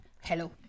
Hello